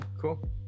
Cool